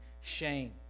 shame